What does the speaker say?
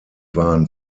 waren